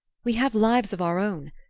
we have lives of our own.